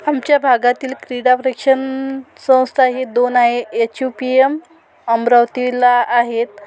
आमच्या भागातील क्रीडा शिक्षण संस्था हे दोन आहे एच यू पी एम अमरावतीला आहेत